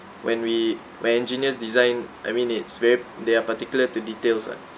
when we when engineers design I mean it's very they are particular to details [what]